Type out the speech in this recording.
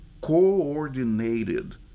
coordinated